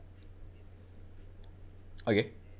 okay